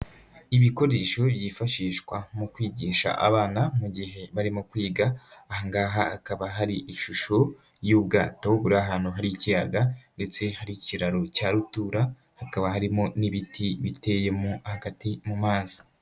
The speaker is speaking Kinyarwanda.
Ibikoresho byifashishwa mu kwigisha abana mu gihe barimo kwiga, ahangaha hakaba hari ishusho y'ubwato buri ahantu hari ikiyaga ndetse hari'ikiraro cya rutura, hakaba harimo n'ibiti biteyemo hagati mu mazi.